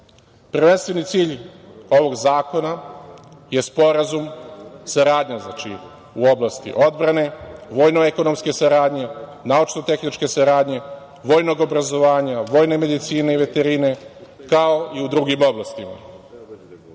Prvenstveni cilj ovog zakona je Sporazum, znači saradnja u oblasti odbrane, vojno-ekonomske saradnje, naučno-tehničke saradnje, vojnog obrazovanja, vojne medicine i veterine, kao i u drugim oblastima. Inače,